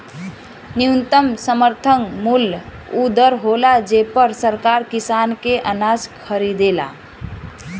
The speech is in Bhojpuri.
न्यूनतम समर्थन मूल्य उ दर होला जेपर सरकार किसान के अनाज खरीदेला